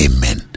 Amen